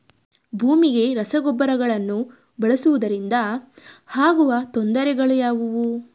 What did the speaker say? ಭೂಮಿಗೆ ರಸಗೊಬ್ಬರಗಳನ್ನು ಬಳಸುವುದರಿಂದ ಆಗುವ ತೊಂದರೆಗಳು ಯಾವುವು?